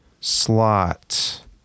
slot